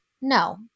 no